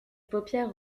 paupières